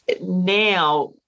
now